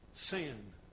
sin